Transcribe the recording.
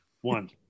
One